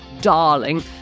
darling